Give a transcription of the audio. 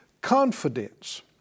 confidence